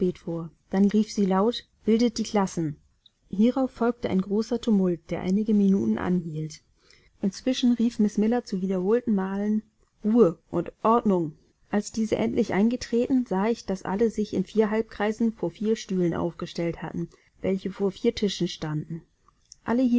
dann rief sie laut bildet die klassen hierauf folgte ein großer tumult der einige minuten anhielt inzwischen rief miß miller zu wiederholten malen ruhe und ordnung als diese endlich eingetreten sah ich daß alle sich in vier halbkreisen vor vier stühlen aufgestellt hatten welche vor vier tischen standen alle